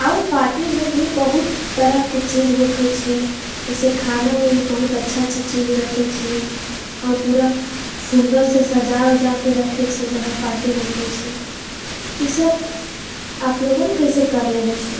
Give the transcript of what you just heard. आओ पाटी में भी बहुत तरह के। चीज होखेच्छे जिसे खाना में भी बहुत अच्छा चीज। रखेच्छे आओ पुरा सुन्दर से सजाओ जाके रखेच्छे जहां पाटी होखेच्छे इसब आपलोगन कैसे करलेवेच्छे।